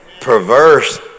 Perverse